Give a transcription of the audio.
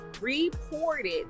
reported